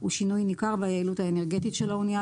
הוא שינוי ניכר ביעילות האנרגטית של האנייה,